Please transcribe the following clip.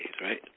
right